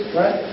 right